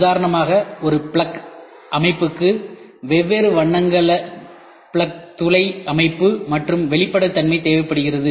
உதாரணமாக ஒரு பிளக் அமைப்புக்கு வெவ்வேறு வண்ணங்களின் பிளக் துளை அமைப்பு மற்றும் வெளிப்படைத்தன்மை தேவைப்படுகிறது